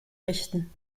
richten